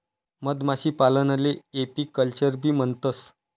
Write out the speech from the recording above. मधमाशीपालनले एपीकल्चरबी म्हणतंस